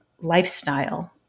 lifestyle